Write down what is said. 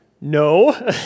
No